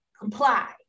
comply